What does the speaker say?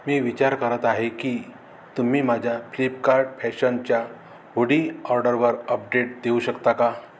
मी विचार करत आहे की तुम्ही माझ्या फ्लिपकार्ट फॅशनच्या हुडी ऑर्डरवर अपडेट देऊ शकता का